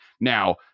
Now